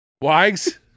Wags